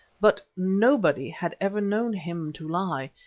but nobody had ever known him to lie.